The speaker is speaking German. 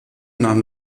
nahm